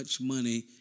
money